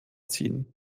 ziehen